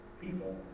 people